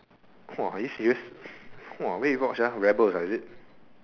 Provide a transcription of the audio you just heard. !wah! are you serious !wah! where you bought sia rebels ah is it